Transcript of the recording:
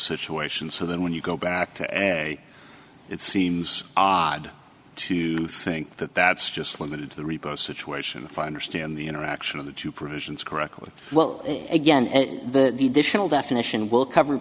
situation so then when you go back to it seems odd to think that that's just limited to the repo situation for understand the interaction of the two provisions correctly well again the additional definition will cover